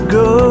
go